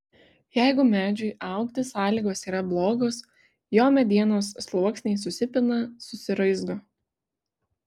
jeigu medžiui augti sąlygos yra blogos jo medienos sluoksniai susipina susiraizgo